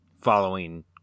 Following